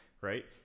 right